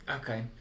Okay